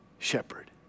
shepherd